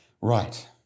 Right